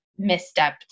misstepped